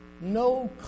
No